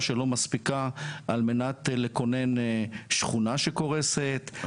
שלא מספיקה על מנת לכונן שכונה שקורסת,